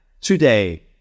Today